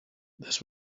this